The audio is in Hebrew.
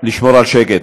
לשמור על שקט.